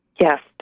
Yes